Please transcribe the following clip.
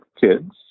kids